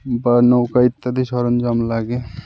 বা নৌকা ইত্যাদি সরঞ্জাম লাগে